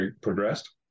progressed